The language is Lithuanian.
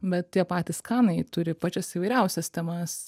bet tie patys kanai turi pačias įvairiausias temas